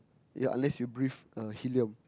ya unless you breathe uh helium